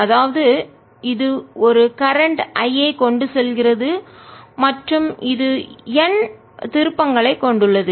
அதாவது இது ஒரு கரண்ட் மின்னோட்ட I ஐக் கொண்டு செல்கிறது மற்றும் இது N திருப்பங்களைக் கொண்டுள்ளது